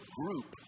group